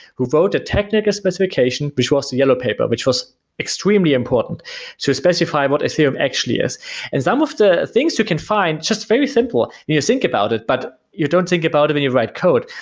who wrote a technical specification, which was yellow paper, which was extremely important to specify what ethereum actually is and some of the things you can find just very simple you you think about it, but you don't think about it when you write code.